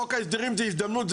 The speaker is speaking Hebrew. חוק ההסדרים זה הזדמנות,